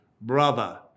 brother